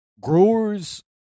growers